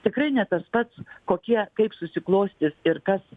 tikrai ne tas pats kokie kaip susiklostys ir kas